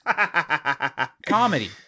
comedy